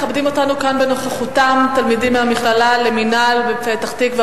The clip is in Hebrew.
מכבדים אותנו כאן בנוכחותם תלמידים מהמכללה למינהל בפתח-תקווה,